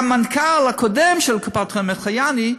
המנכ"ל הקודם של קופת-חולים, אלחיאני,